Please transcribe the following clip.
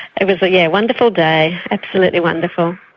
it was a yeah wonderful day, absolutely wonderful.